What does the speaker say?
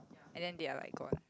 and then they are like gone